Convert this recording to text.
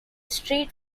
street